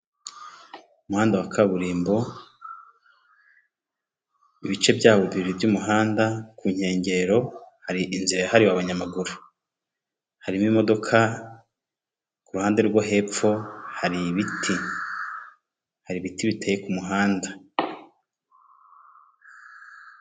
Uyu n’umuhanda wo mu bwoko bwa kaburimbo usize amabara y'umukara n'uturongo tw'umweru, kuhande hari ubusitani bwiza burimo ibiti birebire bitanga umuyaga n'amahumbezi ku binyabiziga bihanyura byose.